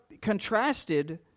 contrasted